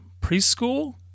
preschool